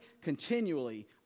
continually